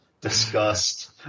disgust